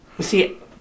see